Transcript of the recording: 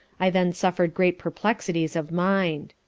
i then suffer'd great perplexities of mind.